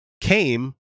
came